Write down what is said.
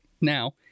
Now